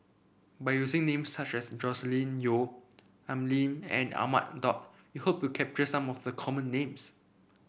by using names such as Joscelin Yeo Al Lim and Ahmad Daud we hope to capture some of the common names